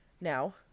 Now